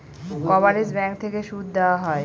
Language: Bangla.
কভারেজ ব্যাঙ্ক থেকে সুদ দেওয়া হয়